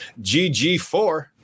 GG4